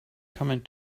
coming